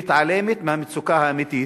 מתעלמת מהמצוקה האמיתית,